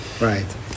Right